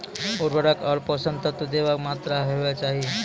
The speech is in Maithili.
उर्वरक आर पोसक तत्व देवाक मात्राकी हेवाक चाही?